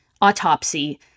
autopsy